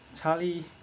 Charlie